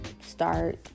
start